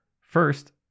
First